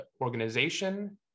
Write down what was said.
organization